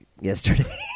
yesterday